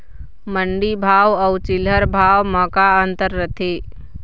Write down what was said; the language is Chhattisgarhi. मंडी भाव अउ चिल्हर भाव म का अंतर रथे?